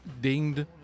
dinged